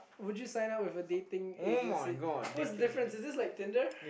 would you sign up for a dating agency what's the difference is this like Tinder